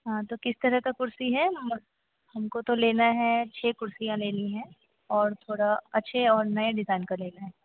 हाँ तो किस तरह की कुर्सी है हम हमको तो लेनी है छह कुर्सियाँ लेनी हैं और थोड़ा अच्छा और नए डिज़ाइन की लेनी है